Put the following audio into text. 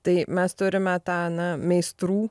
tai mes turime ten meistrų